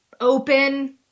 open